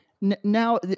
Now